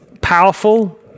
Powerful